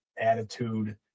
attitude